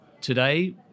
Today